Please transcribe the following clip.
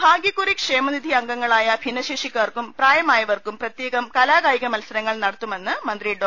ഭാഗ്യക്കുറി ക്ഷേമനിധി അംഗങ്ങളായ ഭിന്നശേഷി ക്കാർക്കും പ്രായമായവർക്കും പ്രത്യേകം കലാകായിക മത്സരങ്ങൾ നടത്തുമെന്ന് മന്ത്രി ഡോ